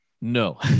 no